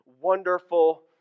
wonderful